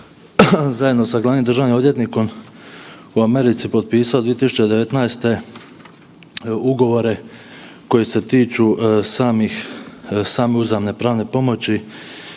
zajedno sa glavnim državnim odvjetnikom u Americi potpisao 2019. ugovore koji se tiču samih, same uzajamne pravne pomoći